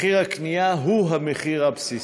מחיר הקנייה הוא המחיר הבסיסי.